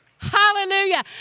Hallelujah